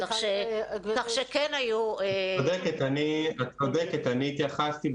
את צודקת,